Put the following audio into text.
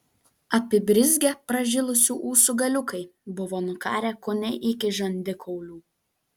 apibrizgę pražilusių ūsų galiukai buvo nukarę kone iki žandikaulių